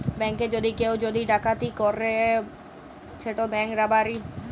ব্যাংকে যদি কেউ যদি ডাকাতি ক্যরে সেট ব্যাংক রাবারি